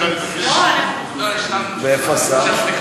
ואיפה השר?